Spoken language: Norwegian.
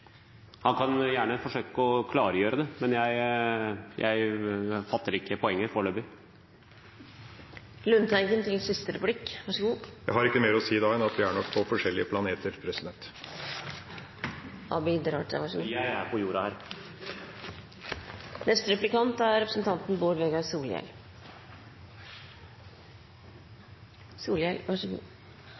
Han kan gjerne forsøke å klargjøre det, men jeg fatter ikke poenget foreløpig. Jeg har ikke mer å si da enn at vi er nok på forskjellige planeter. Jeg er på jorda her. Viss representanten Raja må tilbake til planeten sin, så skal eg forsøkje å vere på den. Eg synest han heldt eit veldig godt innlegg, med mange gode poeng og refleksjonar, men så,